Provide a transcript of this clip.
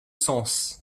sens